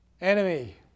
enemy